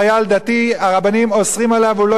הרבנים אוסרים עליו והוא לא ילך לעולם.